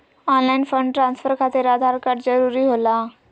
Online fund transfer खातिर Aadhaar card जरूरी होला?